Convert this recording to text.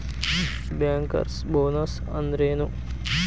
Bankers bonus ಅಂದ್ರೇನು?